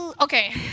Okay